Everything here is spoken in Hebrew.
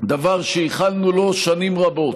דבר שייחלנו לו שנים רבות,